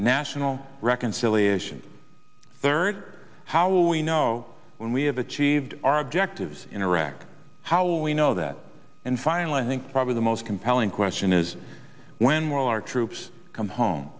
national reconciliation third how will we know when we have achieved our objectives in iraq how will we know that and finally i think probably the most compelling question is when will our troops come home